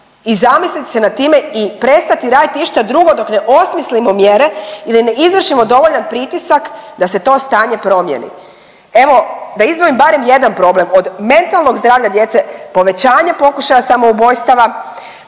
i zamisliti se nad time i prestati raditi išta drugo dok ne osmislimo mjere ili ne izvršimo dovoljan pritisak da se to stanje promijeni. Evo da izdvojim barem jedan problem. Od mentalnog zdravlja djece povećanje pokušaja samoubojstava,